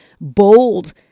bold